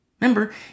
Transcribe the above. Remember